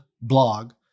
blog